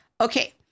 Okay